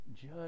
judge